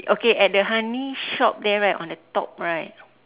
okay at the honey shop there on the top right